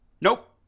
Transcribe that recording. Nope